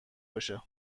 باشه